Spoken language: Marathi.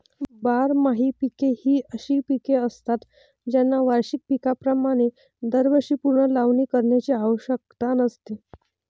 बारमाही पिके ही अशी पिके असतात ज्यांना वार्षिक पिकांप्रमाणे दरवर्षी पुनर्लावणी करण्याची आवश्यकता नसते